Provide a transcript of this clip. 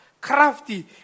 crafty